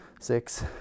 six